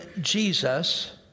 Jesus